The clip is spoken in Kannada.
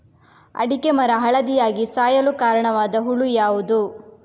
ಅಡಿಕೆ ಮರ ಹಳದಿಯಾಗಿ ಸಾಯಲು ಕಾರಣವಾದ ಹುಳು ಯಾವುದು?